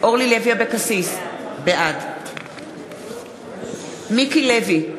אורלי לוי אבקסיס, בעד מיקי לוי,